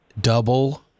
double